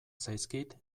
zaizkit